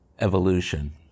evolution